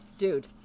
Dude